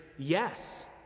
Yes